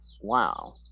Wow